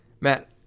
Matt